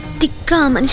become and